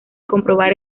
comprobar